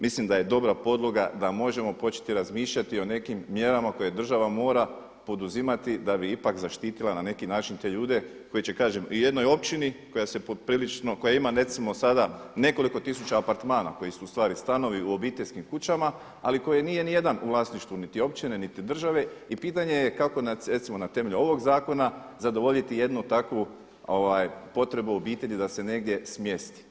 Mislim da je dobra podloga da možemo početi razmišljati o nekim mjerama koje država mora poduzimati da bi ipak zaštitila na neki način te ljude koji će kažem u jednoj općini koja se poprilično, koja ima recimo sada nekoliko tisuća apartmana koji su ustvari stanovi u obiteljskim kućama ali koje nije ni jedan u vlasništvu niti općine niti države i pitanje je kako recimo na temelju ovog zakona zadovoljiti jednu takvu potrebu obitelji da se negdje smjesti.